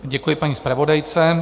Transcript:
Děkuji paní zpravodajce.